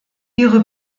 ihre